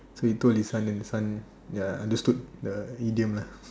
so he told his son then the son ya understood the idiom lah